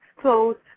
closed